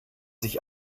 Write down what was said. sich